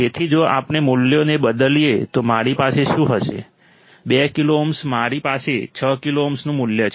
તેથી જો આપણે મૂલ્યોને બદલીએ તો મારી પાસે શું હશે 6 કિલો ઓહ્મ મારી પાસે 6 કિલો ઓહ્મનું મૂલ્ય છે